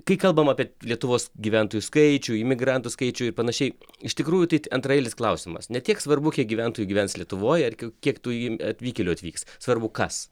kai kalbam apie lietuvos gyventojų skaičių imigrantų skaičių ir panašiai iš tikrųjų tai t antraeilis klausimas ne tiek svarbu kiek gyventojų gyvens lietuvoj ar kiek tų i atvykėlių atvyks svarbu kas